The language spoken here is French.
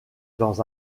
dans